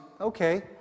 Okay